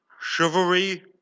Chivalry